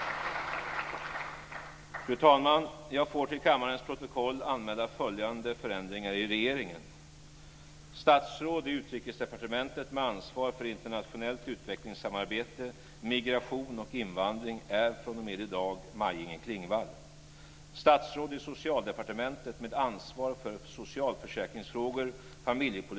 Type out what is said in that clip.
Fru talman! Jag vill till kammarens protokoll anmäla följande förändringar i regeringen: Statsråd i Utrikesdepartementet med ansvar för internationellt utvecklingssamarbete, migration och invandring är fr.o.m. i dag Maj-Inger Klingvall.